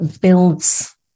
builds